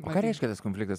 o ką reiškia tas konfliktas